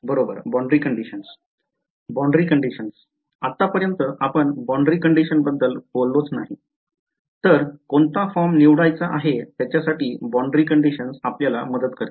Boundary condition आता पर्यन्त आपण Boundary कंडिशन बद्दल बोललोच नाही तर कोणता फॉर्म निवडायचा आहे त्याच्यासाठी Boundary कंडिशन आपल्याला मदत करतील